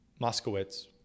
Moskowitz